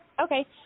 Okay